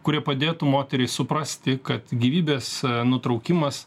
kurie padėtų moteriai suprasti kad gyvybės nutraukimas